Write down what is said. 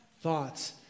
thoughts